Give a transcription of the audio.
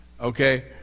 Okay